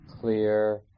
clear